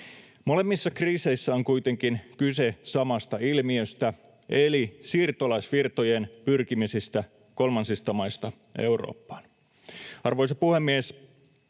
Molemmissa kriiseissä on kuitenkin kyse samasta ilmiöstä eli siirtolaisvirtojen pyrkimisestä kolmansista maista Eurooppaan. Arvoisa puhemies!